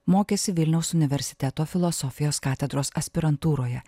mokėsi vilniaus universiteto filosofijos katedros aspirantūroje